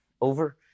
over